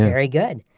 very good.